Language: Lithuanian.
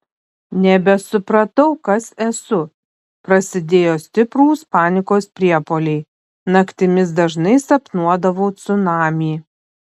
nebesupratau kas esu prasidėjo stiprūs panikos priepuoliai naktimis dažnai sapnuodavau cunamį